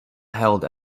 held